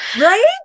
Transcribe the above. right